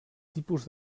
tipus